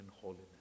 holiness